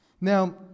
Now